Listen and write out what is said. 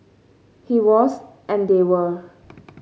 he was and they were